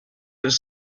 his